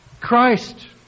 Christ